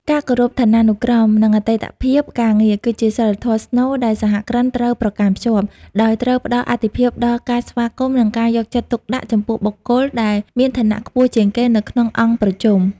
ការគោរពឋានានុក្រម និងអតីតភាពការងារ គឺជាសីលធម៌ស្នូលដែលសហគ្រិនត្រូវប្រកាន់ខ្ជាប់ ដោយត្រូវផ្តល់អាទិភាពដល់ការស្វាគមន៍ និងការយកចិត្តទុកដាក់ចំពោះបុគ្គលដែលមានឋានៈខ្ពស់ជាងគេនៅក្នុងអង្គប្រជុំ។